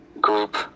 group